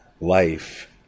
Life